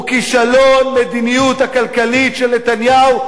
היא כישלון המדיניות הכלכלית של נתניהו,